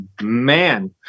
man